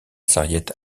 sarriette